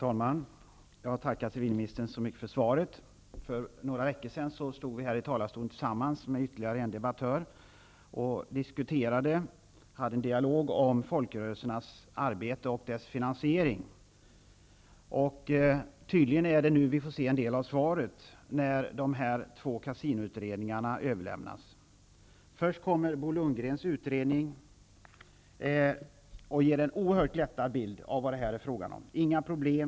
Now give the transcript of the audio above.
Herr talman! Jag tackar civilministern för svaret. För några veckor sedan stod vi här i talarstolen tillsammans med ytterligare en debattör och diskuterade folkrörelsernas arbete och dess finansiering. Det är tydligen nu vi får se en del av svaret, när dessa två kasinoutredningar överlämnas. Först kommer Bo Lundgrens utredning och ger en oerhört glättad bild av vad det är frågan om. Det finns inga problem.